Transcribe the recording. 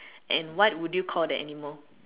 and what would you call the animal